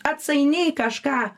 atsainiai kažką